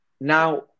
Now